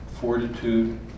fortitude